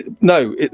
No